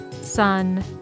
sun